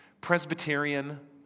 Presbyterian